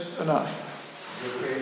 enough